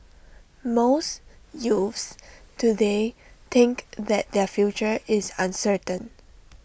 most youths today think that their future is uncertain